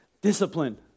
discipline